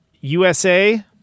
USA